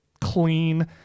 clean